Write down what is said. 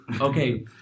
okay